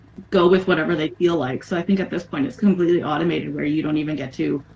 go with whatever they feel like so i think at this point it's completely automated where you don't even get to